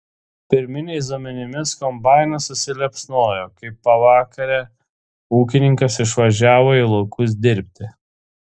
pirminiais duomenimis kombainas užsiliepsnojo kai pavakarę ūkininkas išvažiavo į laukus dirbti